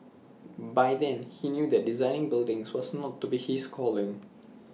by then he knew that designing buildings was not to be his calling